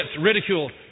ridiculed